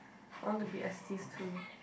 I want to be too